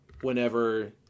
whenever